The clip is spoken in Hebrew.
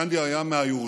גנדי היה מהיורשים,